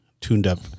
tuned-up